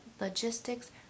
logistics